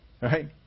right